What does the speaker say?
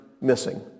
missing